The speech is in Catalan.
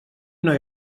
una